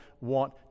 want